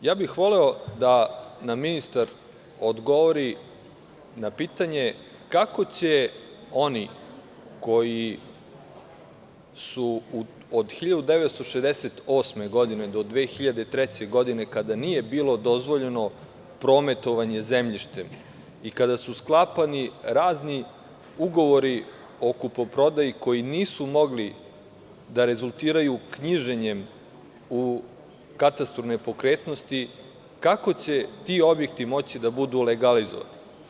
Voleo bih da nam ministar odgovori na pitanje – kako će oni koji su od 1968. godine do 2003. godine, kada nije bilo dozvoljeno prometovanje zemljišta i kada su sklapani razni ugovori o kupoprodaji koji nisu mogli da rezultiraju knjiženjem u katastru nepokretnosti, kako će ti objekti moći da budu legalizovani.